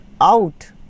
out